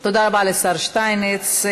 תודה רבה לשר שטייניץ.